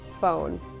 phone